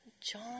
John